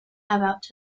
about